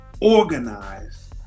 organize